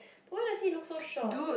why does he look so short